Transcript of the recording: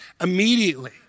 immediately